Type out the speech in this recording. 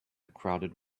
crowded